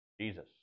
Jesus